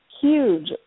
huge